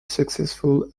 successful